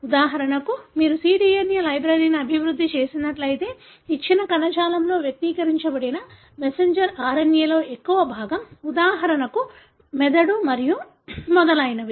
ఉదాహరణకు మీరు cDNA లైబ్రరీని అభివృద్ధి చేసినట్లయితే ఇచ్చిన కణజాలంలో వ్యక్తీకరించబడిన మెసెంజర్ RNA లో ఎక్కువ భాగం ఉదాహరణకు మెదడు మరియు మొదలైనవి